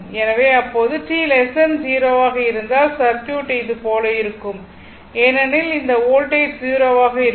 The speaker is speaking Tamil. எனவே அப்போது t 0 ஆக இருந்தால் சர்க்யூட் இது போல இருக்கும் ஏனெனில் இந்த வோல்டேஜ் 0 ஆக இருக்கும்